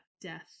death